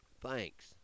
Thanks